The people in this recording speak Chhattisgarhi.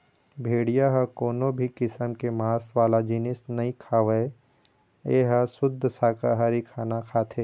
भेड़िया ह कोनो भी किसम के मांस वाला जिनिस नइ खावय ए ह सुद्ध साकाहारी खाना खाथे